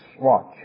Watch